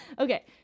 Okay